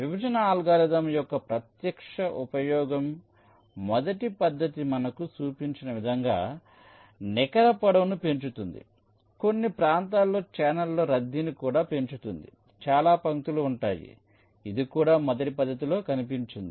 విభజన అల్గోరిథం యొక్క ప్రత్యక్ష ఉపయోగం మొదటి పద్ధతి మనకు చూపించిన విధంగా నికర పొడవును పెంచుతుంది ఇది కొన్ని ప్రాంతాలలో ఛానెల్లలో రద్దీని కూడా పెంచుతుంది చాలా పంక్తులు ఉంటాయి ఇది కూడా మొదటి పద్ధతిలో కనిపించింది